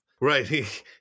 Right